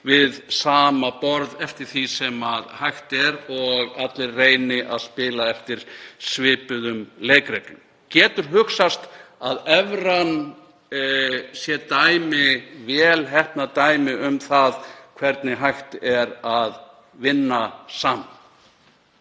við sama borð eftir því sem hægt er og allir reyni að spila eftir svipuðum leikreglum? Getur hugsast að evran sé vel heppnað dæmi um það hvernig hægt er að vinna saman?